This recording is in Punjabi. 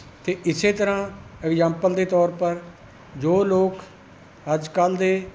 ਅਤੇ ਇਸ ਤਰ੍ਹਾਂ ਐਗਜ਼ੈਮਪਲ ਦੇ ਤੌਰ ਪਰ ਜੋ ਲੋਕ ਅੱਜ ਕੱਲ੍ਹ ਦੇ